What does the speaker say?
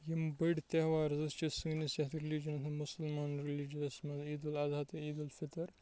یِم بٔڑۍ تیٚہوار زٕ چھِ سٲنِس یَتھ رِلِجَنَس مُسلمانَن رِلِجَنَس منٛز عیدالضحیٰ تہٕ عیدالفطر